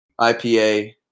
IPA